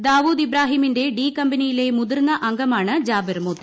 ദാവൂദ് ഇബ്രാഹിമിന്റെ ഡി കമ്പനിയിലെ മുതിർന്ന അംഗമാണ് ജാബിർ മോത്തി